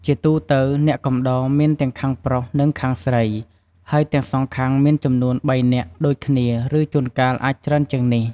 ជាទូទៅអ្នកកំដរមានទាំងខាងប្រុសនិងខាងស្រី ហើយទាំងសងមានចំនួន ៣នាក់ ដូចគ្នា ឬជួនកាលអាចច្រើនជាងនេះ។